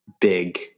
big